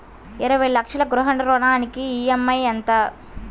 ఇరవై లక్షల గృహ రుణానికి ఈ.ఎం.ఐ ఎంత?